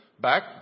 back